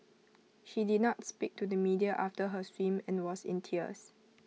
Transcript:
she did not speak to the media after her swim and was in tears